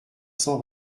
cent